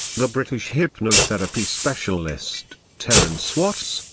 the british hypnotherapy specialist, terence watts,